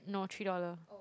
no three dollar